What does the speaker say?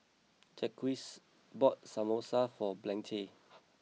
Jacquez bought Samosa for Blanche